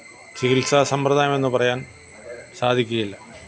ചികിത്സാസമ്പ്രദായമെന്ന് പറയാന് സാധിക്കുകയില്ല